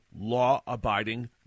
law-abiding